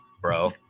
bro